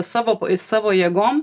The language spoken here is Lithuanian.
savo savo jėgom